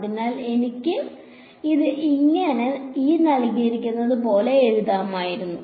അതിനാൽ എനിക്ക് ഇത് ഇങ്ങനെ എഴുതാമായിരുന്നു